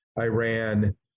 Iran